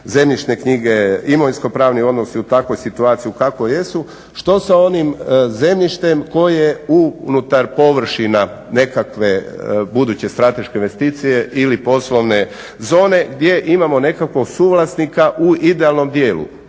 zemljišne knjige, imovinsko-pravni odnosi u takvoj situaciji u kakvoj jesu što sa onim zemljištem koje unutar površina nekakve buduće strateške investicije ili poslovne zone gdje imamo nekakvog suvlasnika u idealnom dijelu.